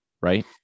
right